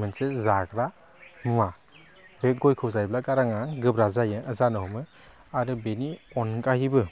मोनसे जाग्रा मुवा बे गयखौ जायोब्ला गाराङा गोब्रा जायो जानो हमो आरो बिनि अनगायैबो